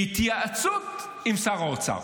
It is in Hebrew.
בהתייעצות עם שר האוצר,